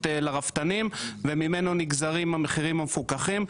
לרפתנים וממנו נגזרים המחירים המפוקחים.